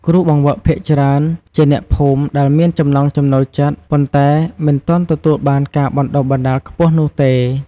គ្រូបង្វឹកភាគច្រើនជាអ្នកភូមិដែលមានចំណង់ចំណូលចិត្ត ប៉ុន្តែមិនទាន់ទទួលបានការបណ្តុះបណ្តាលខ្ពស់នោះទេ។